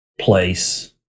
place